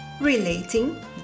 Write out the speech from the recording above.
Relating